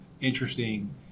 interesting